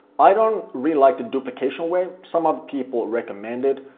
i don't really like the duplication way, some other people recommend it.